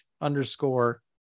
underscore